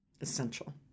essential